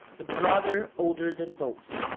the brother older than both.